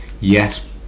Yes